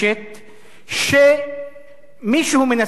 ומישהו מנסה להכשיר